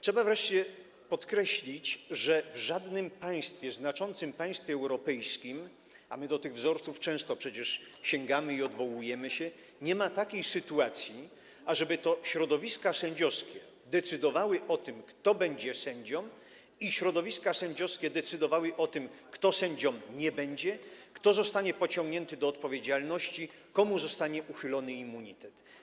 Trzeba wreszcie podkreślić, że w żadnym państwie, znaczącym państwie europejskim, a my do tych wzorców przecież często sięgamy, odwołujemy się do nich, nie ma takiej sytuacji, ażeby to środowiska sędziowskie decydowały o tym, kto będzie sędzią, środowiska sędziowskie decydowały o tym, kto sędzią nie będzie, kto zostanie pociągnięty do odpowiedzialności, komu zostanie uchylony immunitet.